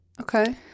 Okay